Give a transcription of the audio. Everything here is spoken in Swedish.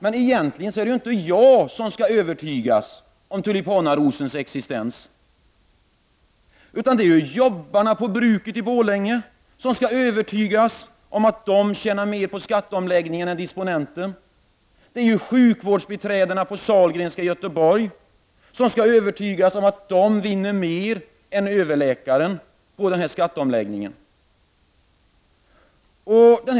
Men egentligen är det inte jag som skall övertygas om tulipanarosens existens. Nej, det är jobbarna på bruket i Borlänge som skall övertygas om att de tjänar mer på skatteomläggningen än disponenten. Det är sjukvårdsbiträdena på Sahlgrenska i Göteborg som skall övertygas om att de vinner mer på skatteomläggningen än överläkaren.